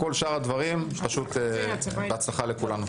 בכל שאר הדברים, פשוט בהצלחה לכולנו.